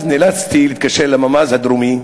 נאלצתי להתקשר לממ"ז הדרומי,